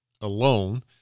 alone